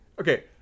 Okay